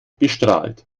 bestrahlt